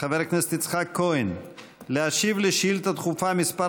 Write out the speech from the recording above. חבר הכנסת יצחק כהן להשיב על שאילתה דחופה מס'